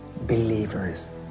believers